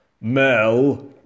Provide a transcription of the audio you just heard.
Mel